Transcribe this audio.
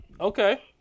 Okay